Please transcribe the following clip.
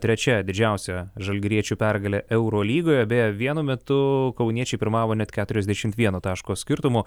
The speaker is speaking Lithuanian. trečia didžiausia žalgiriečių pergalė eurolygoje beje vienu metu kauniečiai pirmavo net keturiasdešimt vieno taško skirtumu